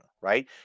right